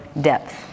depth